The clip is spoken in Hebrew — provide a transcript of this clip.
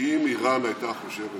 שאם איראן הייתה חושבת